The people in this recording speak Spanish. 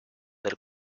del